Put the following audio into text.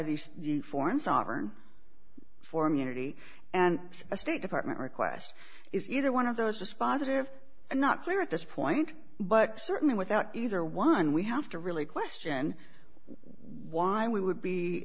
these foreign sovereign form unity and a state department request is either one of those dispositive i'm not clear at this point but certainly without either one we have to really question why we would be